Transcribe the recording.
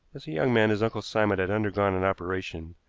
as a young man, his uncle simon had undergone an operation,